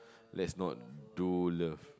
let's not do love